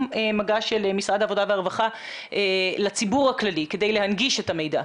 מגע של משרד העבודה והרווחה לציבור הכללי כדי להנגיש את המידע?